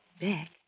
back